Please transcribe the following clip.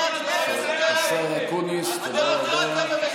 השר אקוניס, תודה רבה.